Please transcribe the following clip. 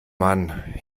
mann